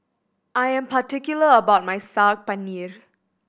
I am particular about my Saag Paneer